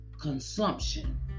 consumption